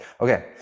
Okay